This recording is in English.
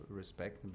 respect